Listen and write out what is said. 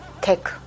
take